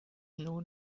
nur